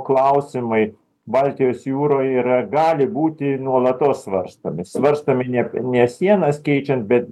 klausimai baltijos jūroje yra gali būti nuolatos svarstomi svarstomi ne ne sienas keičiant bet